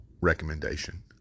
recommendation